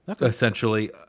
essentially